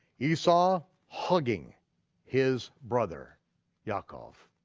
esau hugging his brother yaakov,